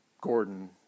Gordon